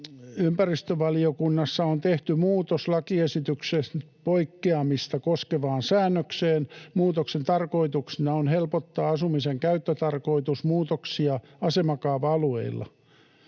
”Ympäristövaliokunnassa on tehty muutos lakiesityksestä poikkeamista koskevaan säännökseen. Muutoksen tarkoituksena on helpottaa asumisen käyttötarkoitusmuutoksia asemakaava-alueilla.